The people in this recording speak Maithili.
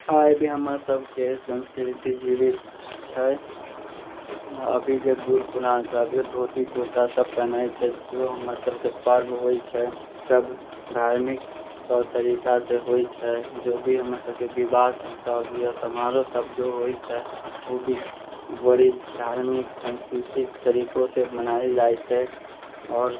आइ भी हमरा सभकेँ संस्कृति जीबैत छै अभीके बूढ़ पुरान सभ अभियो धोती कुर्ता सभ पहिनैत छै जो हमर सभकेँ पर्व होइत छै सभ धार्मिक तौर तरीका से होइत छै जो भी हमरा सभके विवाह सभ या समारोह सभ जे होइत छै ओ भी बड़ी धार्मिक सांस्कृतिक तरीका से मनायल जाइत छै आओर